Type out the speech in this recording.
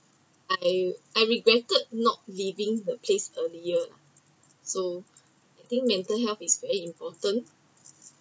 I I regretted not leaving the place earlier lah so I think mental health is very important